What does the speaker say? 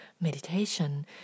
meditation